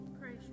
Praise